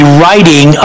writing